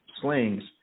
slings